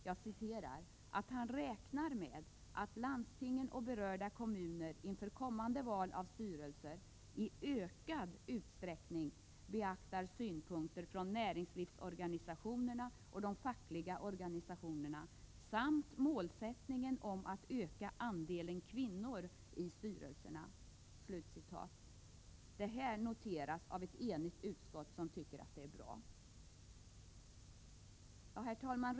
Jag citerar: ”Jag räknar med att landstingen och berörda kommunerna inför kommande val av styrelser i ökad utsträckning beaktar synpunkter från näringslivsorganisationerna och de fackliga organisationerna samt målsättningen om att öka andelen kvinnor i styrelserna.” Detta noteras av ett enigt utskott som anser uttalandet vara bra. Herr talman!